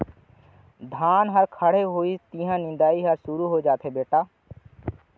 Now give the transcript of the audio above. धान ह खड़े होइस तिहॉं निंदई ह सुरू हो जाथे बेटा